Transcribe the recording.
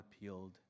appealed